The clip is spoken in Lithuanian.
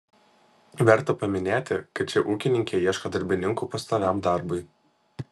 verta paminėti kad ši ūkininkė ieško darbininkų pastoviam darbui